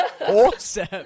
awesome